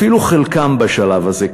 אפילו חלקם בשלב הזה.